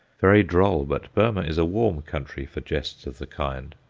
very droll, but burmah is a warm country for jests of the kind.